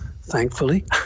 thankfully